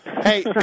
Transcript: Hey